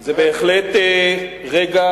זה בהחלט רגע